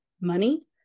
money